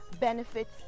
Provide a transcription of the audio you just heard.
benefits